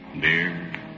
Dear